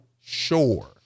sure